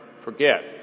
forget